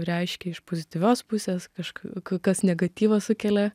reiškia iš pozityvios pusės kažk kas negatyvą sukelia